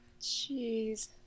Jeez